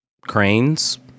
cranes